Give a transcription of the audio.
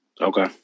Okay